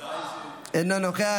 אינו נוכח,